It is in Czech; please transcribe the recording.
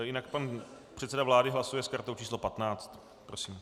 Jinak pan předseda vlády hlasuje s kartou číslo 15. Prosím.